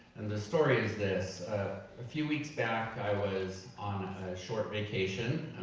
and the story is this. a few weeks back i was on a short vacation,